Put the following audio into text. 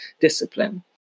discipline